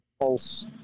false